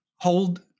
hold